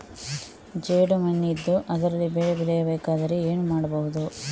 ಜೇಡು ಮಣ್ಣಿದ್ದು ಅದರಲ್ಲಿ ಬೆಳೆ ಬೆಳೆಯಬೇಕಾದರೆ ಏನು ಮಾಡ್ಬಹುದು?